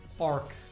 arc